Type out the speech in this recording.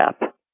app